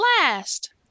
last